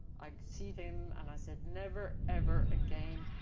i see them, and i said, never ever again.